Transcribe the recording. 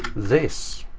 this.